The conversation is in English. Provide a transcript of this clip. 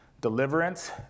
Deliverance